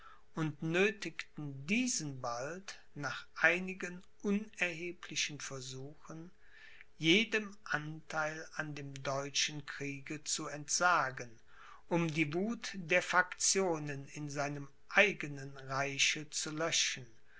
und nöthigten diesen bald nach einigen unerheblichen versuchen jedem antheil an dem deutschen kriege zu entsagen um die wuth der faktionen in seinem eigenen reiche zu löschen